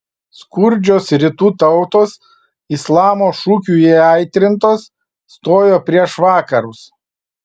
skurdžios rytų tautos islamo šūkių įaitrintos stojo prieš vakarus